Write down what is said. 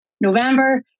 November